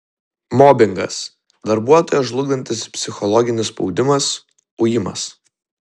mobingas darbuotoją žlugdantis psichologinis spaudimas ujimas